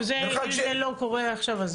עכשיו זה לא קורה.